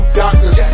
doctors